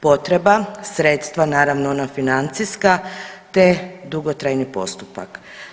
Potreba, sredstva naravno ona financijska te dugotrajni postupak.